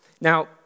Now